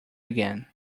again